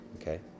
Okay